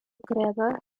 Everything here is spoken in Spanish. creador